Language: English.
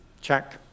Check